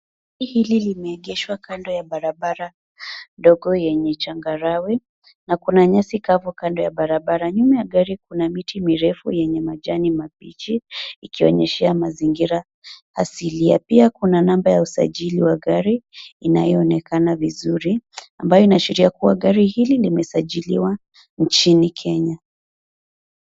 Gari hili limeegeshwa kando ya barabara ndogo yenye changarawe na kuna nyasi kavu kando ya barabara. Nyuma ya gari kuna miti mirefu yenye majani mabichi ikionyeshea mazingira asili. Pia Kuna namba ya usajili wa gari inayoonekana vizuri ambayo inaashiria kuwa gari hili limeasajiliwa nchini Kenya.